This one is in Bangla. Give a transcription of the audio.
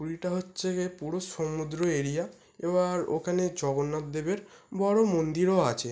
পুরীটা হচ্ছে পুরো সমুদ্র এরিয়া এবার ওখানে জগন্নাথ দেবের বড় মন্দিরও আছে